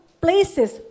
places